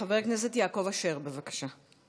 חבר הכנסת יעקב אשר, בבקשה.